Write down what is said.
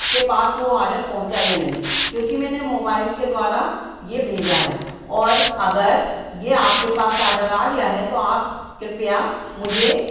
के पास वो ऑर्डर पहुंचा या नहीं क्योंकि मैंने मोबाइल के द्वारा ये भेजा है और अगर ये आपके पास ऑर्डर आ गया है तो आप कृपया मुझे